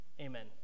Amen